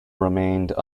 remained